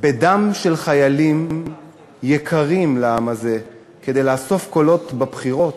בדם של חיילים יקרים לעם זה כדי לאסוף קולות בבחירות?